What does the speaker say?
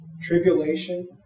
tribulation